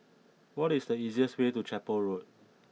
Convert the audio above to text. what is the easiest way to Chapel Road